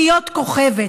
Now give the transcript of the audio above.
אחרי שהפכת להיות כוכבת.